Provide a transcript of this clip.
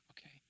okay